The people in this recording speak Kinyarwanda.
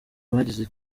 bagize